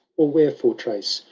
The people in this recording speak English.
or wherefore trace,